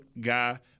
guy